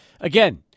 again